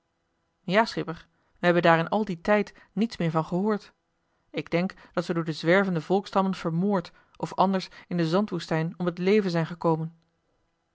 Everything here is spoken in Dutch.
ja schipper we hebben daar in al dien tijd niets meer van gehoord ik denk dat ze door de zwervende volksstammen vermoord of anders in de zandwoestijn om het leven zijn gekomen